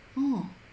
oh